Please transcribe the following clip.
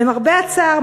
למרבה הצער,